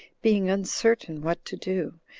being uncertain what to do,